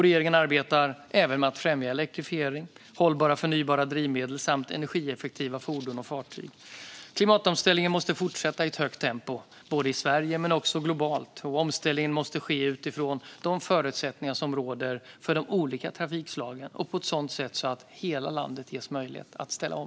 Regeringen arbetar även med att främja elektrifiering, hållbara förnybara drivmedel samt energieffektiva fordon och fartyg. Klimatomställningen måste fortsätta i ett högt tempo, både i Sverige och globalt. Omställningen måste ske utifrån de förutsättningar som råder för de olika trafikslagen och på ett sådant sätt att hela landet ges möjlighet att ställa om.